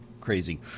crazy